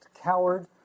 coward